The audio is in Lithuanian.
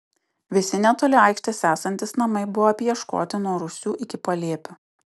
visi netoli aikštės esantys namai buvo apieškoti nuo rūsių iki palėpių